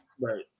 Right